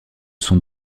son